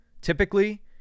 Typically